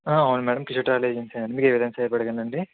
అవును madam digital agency అండి మీకు యే విదంగా సహాయపడగలను అండీ